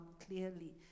clearly